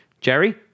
Jerry